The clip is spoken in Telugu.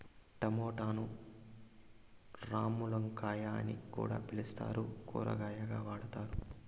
టమోటాను రామ్ములక్కాయ అని కూడా పిలుత్తారు, కూరగాయగా వాడతారు